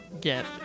get